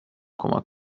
کمک